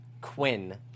Quinn